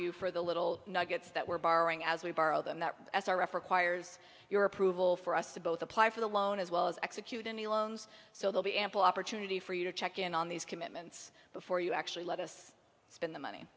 you for the little nuggets that we're borrowing as we borrow them that as our referee choir's your approval for us to both apply for the loan as well as execute any loans so they'll be ample opportunity for you to check in on these commitments before you actually let us spend the money